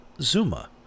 Zuma